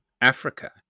Africa